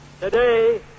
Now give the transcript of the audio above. Today